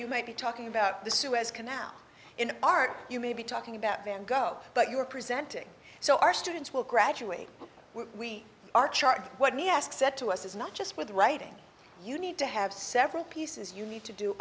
you might be talking about the suez canal in art you may be talking about van gogh but you're presenting so our students will graduate we are charging what me ask said to us is not just with writing you need to have several pieces you need to do